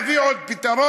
נביא עוד פתרון,